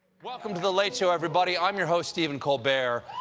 welcome to the late show, everybody. i'm your host, stephen colbert,